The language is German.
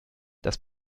das